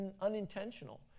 unintentional